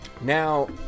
Now